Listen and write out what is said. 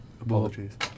Apologies